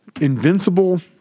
Invincible